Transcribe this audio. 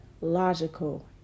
logical